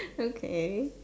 okay